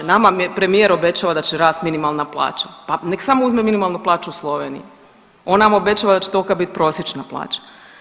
Nama premijer obećava da će rast minimalna plaća, pa nek samo uzme minimalnu plaću u Slovenija, on nama obećava da će tolika biti prosječna plaća.